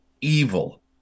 evil